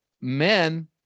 men